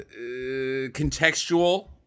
contextual